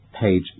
page